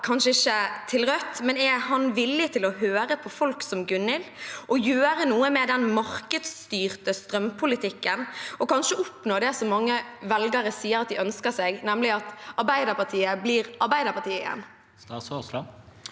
kanskje ikke til Rødt, men er han villig til å høre på folk som Gunhild og gjøre noe med den markedsstyrte strømpolitikken, og kanskje oppnå det som mange velgere sier at de ønsker seg, nemlig at Arbeiderpartiet blir Arbeiderpartiet igjen? Statsråd